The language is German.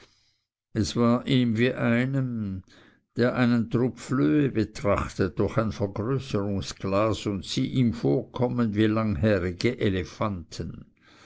es war ihm wie einem der einen trupp flöhe betrachtet durch ein vergrößerungsglas und sie ihm vorkommen wie langhärige elefanten